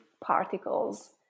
particles